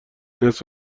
نصف